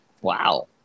Wow